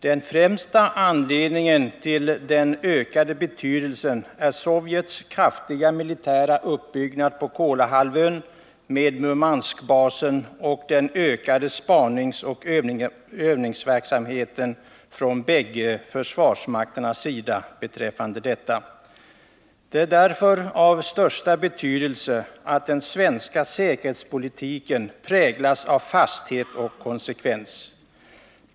Den främsta anledningen till den ökade betydelsen är Sovjets kraftiga militära uppbyggnad på Kolahalvön med Murmanskbasen och den därmed ökade spaningsoch övningsverksamheten från bägge försvarsmakternas sida. Det är därför av största betydelse att den svenska säkerhetspolitiken präglas av fasthet och konsekvens.